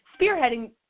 Spearheading